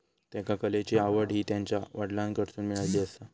त्येका कलेची आवड हि त्यांच्या वडलांकडसून मिळाली आसा